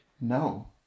no